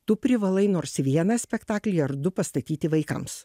tu privalai nors vieną spektaklį ar du pastatyti vaikams